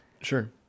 sure